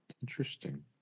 Interesting